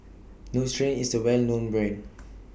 Nutren IS A Well known Brand